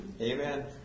Amen